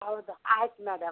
ಹೌದು ಆಯ್ತು ಮೇಡಮ್